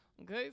Okay